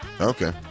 Okay